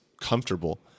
comfortable